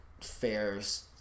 fairs